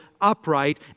upright